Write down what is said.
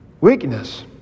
weakness